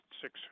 six